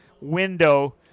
window